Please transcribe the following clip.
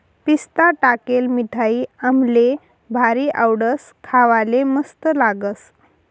पिस्ता टाकेल मिठाई आम्हले भारी आवडस, खावाले मस्त लागस